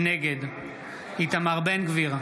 נגד איתמר בן גביר,